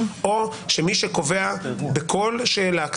או שמי שקובע בכל שאלה,